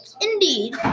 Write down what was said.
Indeed